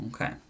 Okay